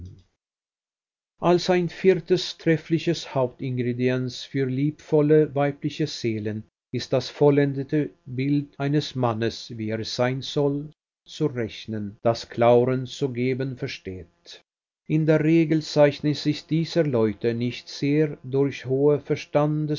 als ein viertes treffliches hauptingredienz für liebevolle weibliche seelen ist das vollendete bild eines mannes wie er sein soll zu rechnen das clauren zu geben versteht in der regel zeichnen sich diese leute nicht sehr durch hohe